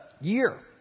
year